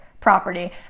property